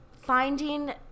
finding